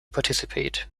participate